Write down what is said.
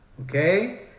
Okay